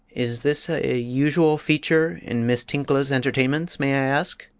is this a usual feature in miss tinkla's entertainments, may i ask?